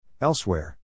Elsewhere